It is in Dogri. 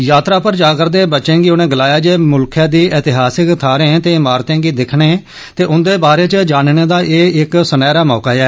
यात्रा उप्पर जा'रदे बच्चें गी उनें गलाया जे मुल्ख दी ऐतिहासिक थाहरें ते इमारतें गी दिक्खने ते उन्दे बारै च जानने दा एह सुनेहरा मौका ऐ